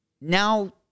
now